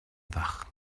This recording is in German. wach